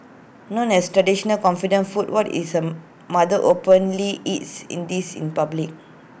known as A traditional confinement food what isn't model openly eats in this public